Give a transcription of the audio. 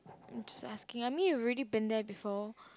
mm just asking I mean you've already been there before